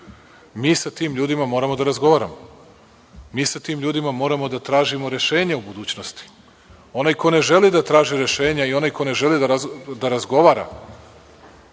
sa tim ljudima moramo da razgovaramo. Mi sa tim ljudima moramo da tražimo rešenje u budućnosti. Onaj ko ne želi da traži rešenje i onaj ko ne želi da razgovara